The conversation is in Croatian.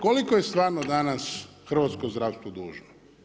Koliko je stvarno danas hrvatsko zdravstvo dužno?